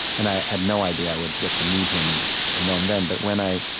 and i had no idea i would get to meet him and know him then. but when i